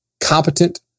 competent